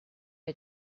wir